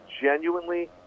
genuinely